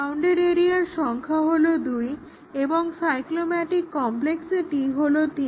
bounded এরিয়ার সংখ্যা হলো 2 এবং সাইক্লোমেটিক কম্প্লেক্সিটি হলো 3